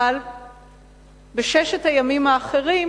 אבל בששת הימים האחרים